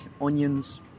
onions